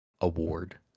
award